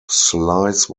slice